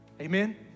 Amen